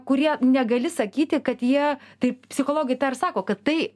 kurie negali sakyti kad jie taip psichologai sako kad tai